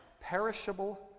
perishable